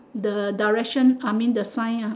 the direction I mean the sign ah